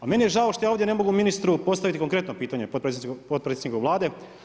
A meni je žao što ja ovdje ne mogu ministru postaviti konkretno pitanju, potpredsjedniku Vlade.